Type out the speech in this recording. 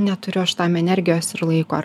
neturiu aš tam energijos ir laiko ar